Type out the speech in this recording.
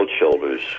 shoulders